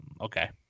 okay